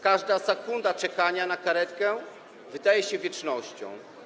Każda sekunda czekania na karetkę wydaje się wiecznością.